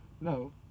No